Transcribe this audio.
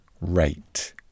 rate